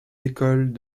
écoles